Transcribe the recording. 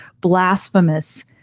blasphemous